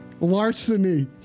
Larceny